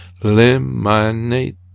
eliminate